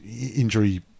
injury